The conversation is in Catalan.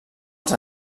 els